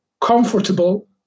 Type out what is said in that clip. comfortable